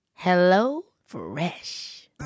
HelloFresh